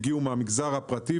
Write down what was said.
שהגיעו מהמגזר הפרטי,